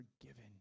forgiven